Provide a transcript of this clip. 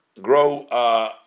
grow